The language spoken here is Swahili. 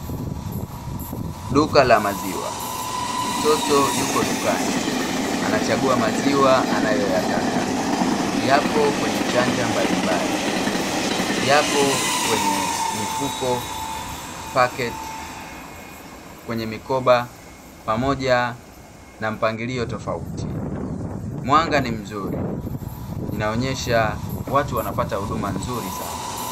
Duka la maziwa. Mtoto yuko dukani anachagua maziwa anayoyataka. Yapo kwenye chanja mbalimbali; yapo kwenye mifuko, paketi, kwenye mikoba pamoja na mpangilio tofauti. Mwanga ni mzuri; unaonyesha watu wanapata huduma nzuri sana.